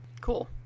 Cool